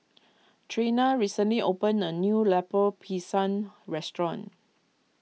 Treena recently opened a new Lemper Pisang Restaurant